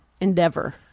endeavor